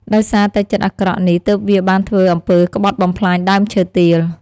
ដោយសារតែចិត្តអាក្រក់នេះ ទើបវាបានធ្វើអំពើក្បត់បំផ្លាញដើមឈើទាល។